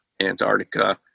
Antarctica